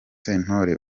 sentore